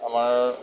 আমাৰ